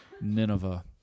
nineveh